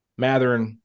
Matherin